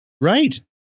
Right